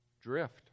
drift